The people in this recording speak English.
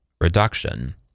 reduction